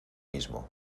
mismo